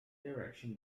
direction